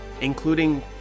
including